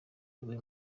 iwe